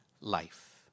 life